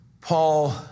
Paul